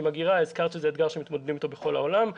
הזכרת שזה אתגר שמתמודדים אתו בכל העולם.